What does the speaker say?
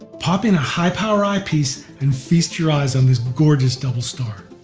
pop in a high power eyepiece and feast your eyes on this gorgeous double star.